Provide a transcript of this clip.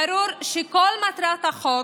ברור שכל מטרת החוק